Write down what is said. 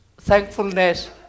thankfulness